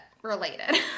related